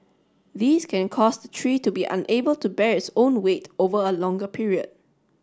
these can cause the tree to be unable to bear its own weight over a longer period